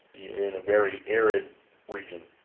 in a very arid region.